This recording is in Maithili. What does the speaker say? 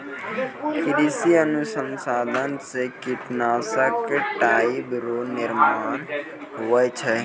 कृषि अनुसंधान से कीटनाशक दवाइ रो निर्माण हुवै छै